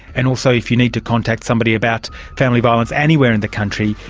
and also if you need to contact somebody about family violence, anywhere in the country,